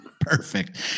perfect